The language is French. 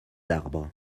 arbres